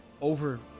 over